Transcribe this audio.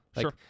sure